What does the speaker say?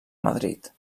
madrid